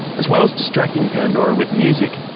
as well as distracting pandora with music,